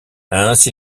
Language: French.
ainsi